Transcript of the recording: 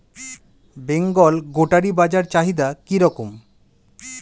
বেঙ্গল গোটারি বাজার চাহিদা কি রকম?